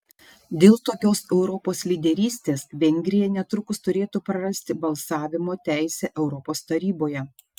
dėl tokios europos lyderystės vengrija netrukus turėtų prarasti balsavimo teisę europos taryboje